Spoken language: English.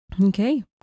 Okay